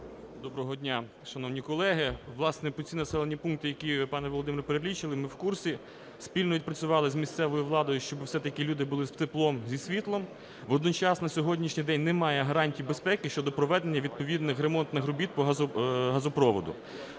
Доброго дня, шановні колеги. Власне, про ці населені пункти, які ви, пане Володимире, перелічили, ми в курсі. Спільно відпрацювали з місцевою владою, щоб все-таки люди були з теплом, зі світлом. Водночас на сьогоднішній день немає гарантій безпеки щодо проведення відповідних ремонтних робіт по газопроводу.